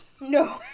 No